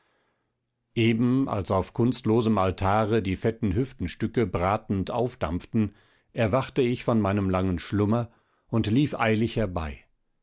eben als auf kunstlosem altare die fetten hüftenstücke bratend aufdampften erwachte ich von meinem langen schlummer und lief eilig herbei